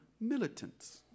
militants